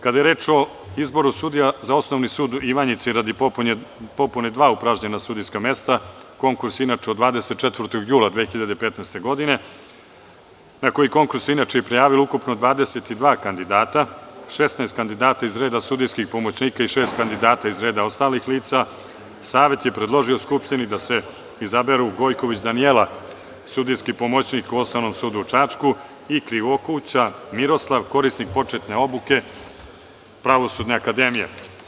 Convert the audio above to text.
Kada je reč o izboru sudija za Osnovni sud u Ivanjici radi popune dva upražnjena sudijska mesta, konkurs inače od 24. jula 2015. godine, na koji konkurs se inače prijavilo ukupno 22 kandidata, 16 kandidata iz reda sudijskih pomoćnika i šest kandidata iz reda ostalih lica, Savet je predložio skupštini da se izaberu, Gojković Danijela, sudijski pomoćnik u Osnovnom sudu u Čačku i Krivokuća Miroslav, korisnik početne obuke Pravosudne akademije.